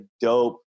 dope